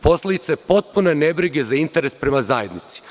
Posledice potpune nebrige za interes prema zajednici.